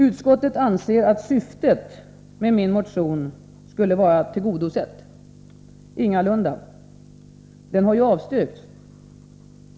Utskottet anser att syftet med min motion skulle vara tillgodosett. Ingalunda! Den har ju avstyrkts.